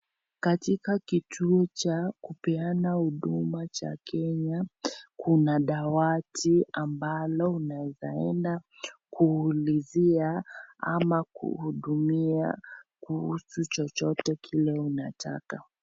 Katika kituo cha kupeana huduma cha Kenya kuna dawati ambalo unawezaenda kuulizia ama kuhudumia kuhusu chochote kile unataka.